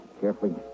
carefully